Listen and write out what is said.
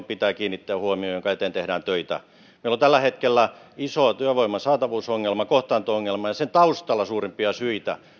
pitää kiinnittää huomiota ja jonka eteen tehdään töitä meillä on tällä hetkellä iso työvoiman saatavuusongelma kohtaanto ongelma ja sen taustalla suurimpia syitä